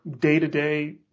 day-to-day